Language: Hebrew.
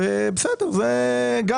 אפשר לבחון גם את זה,